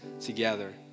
together